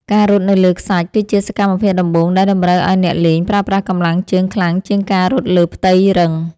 ការរត់នៅលើខ្សាច់គឺជាសកម្មភាពដំបូងដែលតម្រូវឱ្យអ្នកលេងប្រើប្រាស់កម្លាំងជើងខ្លាំងជាងការរត់លើផ្ទៃរឹង។